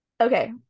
Okay